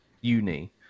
uni